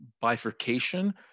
bifurcation